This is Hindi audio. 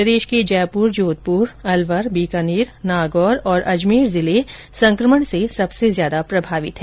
प्रदेश के जयपुर जोधपुर अलवर बीकानेर नागौर तथा अजर्मेर जिले संकमण से सबसे ज्यादा प्रभावित है